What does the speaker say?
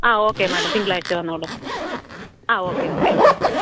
ആ okay madam തിങ്കളാഴ്ച വന്നോളൂ ആ ഓക്കെ ഓക്കെ ഓക്കെ